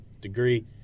degree